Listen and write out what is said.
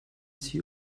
sie